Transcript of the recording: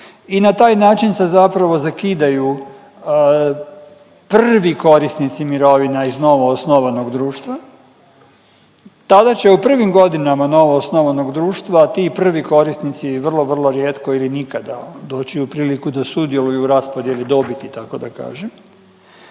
I na taj način se zapravo zakidaju prvi korisnici mirovina iz novoosnovanog društva. Tada će u prvim godinama novoosnovanog društva ti prvi korisnici vrlo, vrlo rijetko ili nikada doći u priliku da sudjeluju u raspodjeli dobiti tako da kažem.